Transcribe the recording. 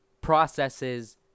processes